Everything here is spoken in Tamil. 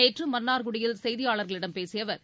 நேற்று மன்னார்குடியில் செய்தியாளர்களிடம் பேசிய அவர்